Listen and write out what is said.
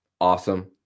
awesome